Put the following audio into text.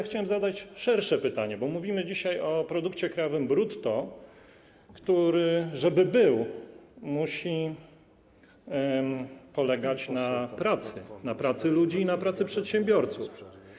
Chciałem zadać szersze pytanie, bo mówimy dzisiaj o produkcie krajowym brutto, który, żeby był, musi polegać na pracy ludzi i na pracy przedsiębiorców.